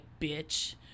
bitch